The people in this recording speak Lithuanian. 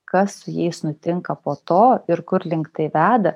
kas su jais nutinka po to ir kur link tai veda